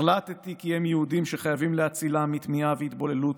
החלטתי כי הם יהודים שחייבים להצילם מטמיעה והתבוללות